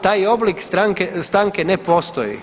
Taj oblik stanke ne postoji.